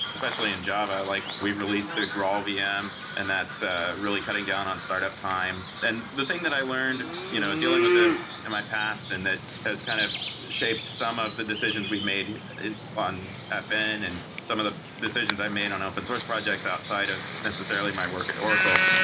especially in java. like we've released the graalvm and that's ah really cutting down on startup time and the thing that i learned you know dealing with this in my past and that has kind of shaped some of the decisions we've made on fn and some of the decisions i made on open source projects outside of necessarily my work at oracle,